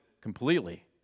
completely